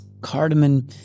cardamom